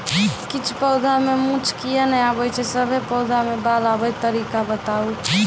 किछ पौधा मे मूँछ किये नै आबै छै, सभे पौधा मे बाल आबे तरीका बताऊ?